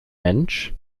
mensch